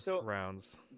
rounds